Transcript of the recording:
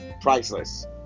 Priceless